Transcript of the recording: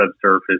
subsurface